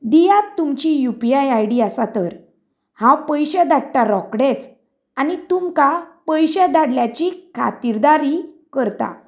दियात तुमची U P I ID आसा तर हांव पयशे धाडटां रोखडेंच आनी तुमकां पयशे धाडल्याची खातीरदारी करता